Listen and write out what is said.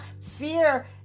fear